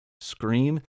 Scream